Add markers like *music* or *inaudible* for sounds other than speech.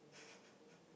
*laughs*